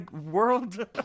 world